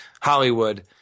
Hollywood